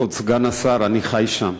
כבוד סגן השר, אני חי שם,